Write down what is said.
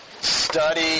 study